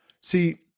See